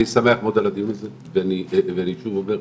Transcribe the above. שמח מאוד על הדיון הזה ואני שוב אומר,